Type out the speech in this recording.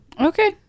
Okay